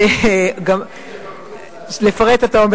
תפרטי, תפרטי.